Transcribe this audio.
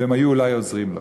ואולי הם היו עוזרים לו.